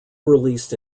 released